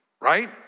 Right